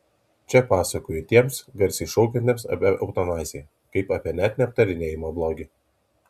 čia pasakoju tiems garsiai šaukiantiems apie eutanaziją kaip apie net neaptarinėjamą blogį